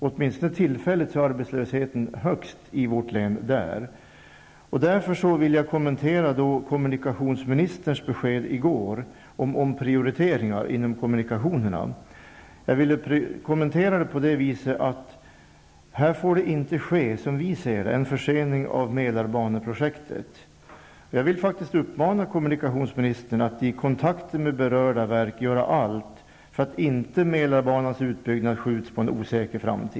Åtminstone tillfälligt är arbetslösheten i vårt län högst just i Enköping. Jag vill därför kommentera kommunikationsministerns besked i går om omprioriteringar inom kommunikationerna. Som vi ser det får det inte ske en försening av Mälarbaneprojektet. Jag vill faktiskt uppmana kommunikationsministern att i kontakten med berörda verk göra allt för att inte utbyggnaden av Mälarbanan skjuts på en osäker framtid.